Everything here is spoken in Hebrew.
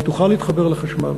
אבל תוכל להתחבר לחשמל.